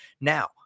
Now